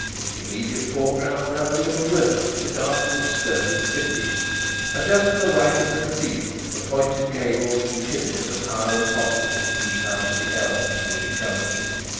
in the immediate foreground ran the little river which afterwards skirted the city and, just to the right of the cathedral the pointed gables and chimneys of hiram's hospital peeped out of the elms which encompass it.